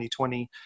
2020